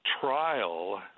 trial